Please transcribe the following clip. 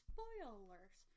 Spoilers